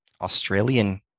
Australian